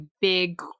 big